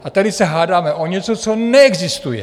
A tady se hádáme o něco, co neexistuje.